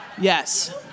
yes